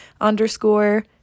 underscore